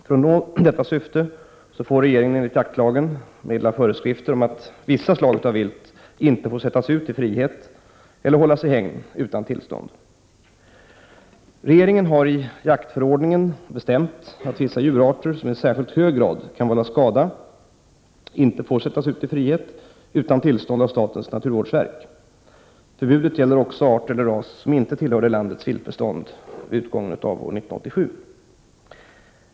För att nå detta syfte får regeringen enligt jaktlagen meddela föreskrifter om att vissa slag av vilt inte får sättas ut i frihet eller hållas i hägn utan tillstånd. Regeringen hari jaktförordningen bestämt att vissa djurarter som i särskilt hög grad kan vålla skada inte får sättas ut i frihet utan tillstånd av statens naturvårdsverk. Förbudet gäller också art eller ras som inte tillhörde landets viltbestånd vid utgången av år 1987.